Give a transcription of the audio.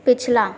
पिछला